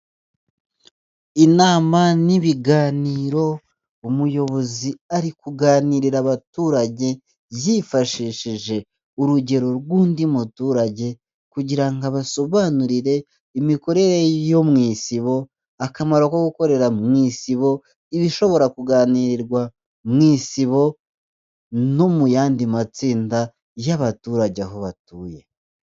Inama n'ibiganiro umuyobozi ari kuganirira abaturage yifashishije urugero rw'undi muturage kugira ngo abasobanurire imikorere yo mu Isibo, akamaro ko gukorera mu Isibo, ibishobora kuganirwa mu Isibo no mu yandi matsinda y'abaturage aho batuye.